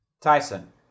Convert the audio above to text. Tyson